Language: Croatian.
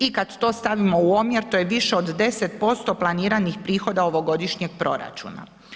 I kad to stavimo u omjer to je više od 10% planiranih prihoda ovogodišnjeg proračuna.